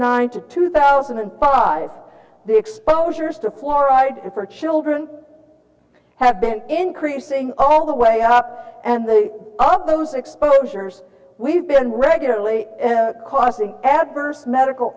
nine to two thousand and five the exposures to fluoride for children have been increasing all the way up and they all of those exposures we've been regularly causing adverse medical